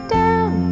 down